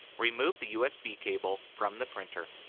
remove the usb cable from the printer.